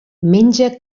menja